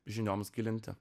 žinioms gilinti